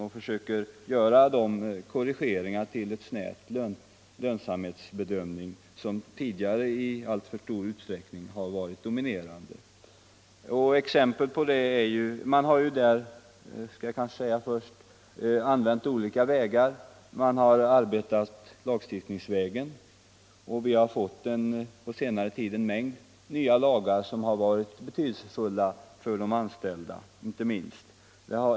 Man försöker korrigera den snäva lönsamhetsbedömning som tidigare i alltför stor utsträckning varit dominerande. Man har använt sig av olika vägar, bl.a. lagstiftningsvägen. Vi har på senare tid fått en mängd nya lagar som varit betydelsefulla inte minst för de anställda.